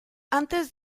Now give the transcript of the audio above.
antes